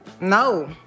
No